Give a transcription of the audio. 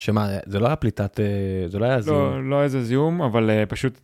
שמה? זה לא היה פליטת.. זה לא היה זיהום. לא, לא היה איזה זיהום, אבל פשוט.